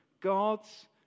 God's